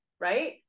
Right